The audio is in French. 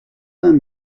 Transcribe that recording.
vingt